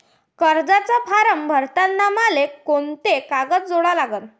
कर्जाचा फारम भरताना मले कोंते कागद जोडा लागन?